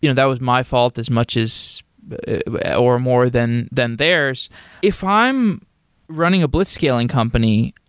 you know that was my fault as much as or more than than theirs. if i'm running a blitzscaling company,